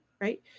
right